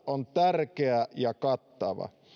on tärkeä ja kattava